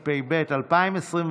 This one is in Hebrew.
התשפ"א 2021,